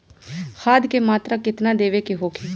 खाध के मात्रा केतना देवे के होखे?